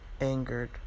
angered